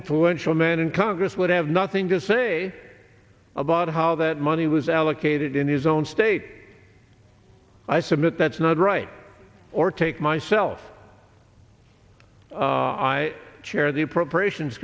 influential man in congress would have nothing to say about how that money was allocated in his own state i submit that's not right or take myself i chair the appropriations